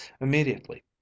Immediately